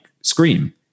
Scream